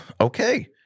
Okay